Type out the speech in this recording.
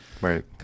Right